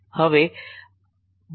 dl છે